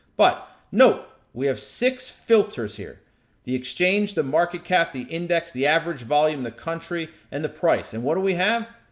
but, note, we have six filters here the exchange, the market cap, the index, the average volume, the country, and the price, and what do we have?